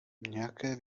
nějaké